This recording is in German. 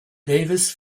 davis